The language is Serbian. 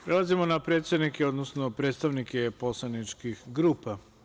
Prelazimo na predsednike, odnosno predstavnike poslaničkih grupa.